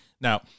Now